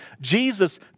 Jesus